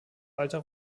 alter